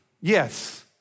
Yes